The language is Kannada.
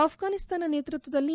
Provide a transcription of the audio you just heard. ಅಪ್ರಾನಿಸ್ತಾನ ನೇತೃತ್ವದಲ್ಲಿ